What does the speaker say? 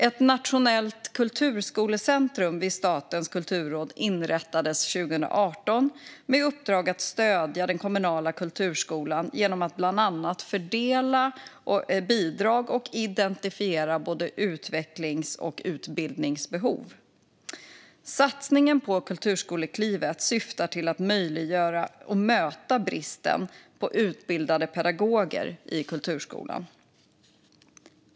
Ett nationellt kulturskolecentrum vid Statens kulturråd inrättades 2018 med uppdrag att stödja den kommunala kulturskolan genom att bland annat fördela bidrag och identifiera både utvecklings och utbildningsbehov. Satsningen på Kulturskoleklivet syftar till att möta bristen på utbildade pedagoger i kulturskolan.